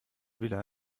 vila